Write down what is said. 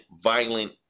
violent